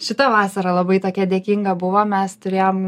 šita vasara labai tokia dėkinga buvo mes turėjom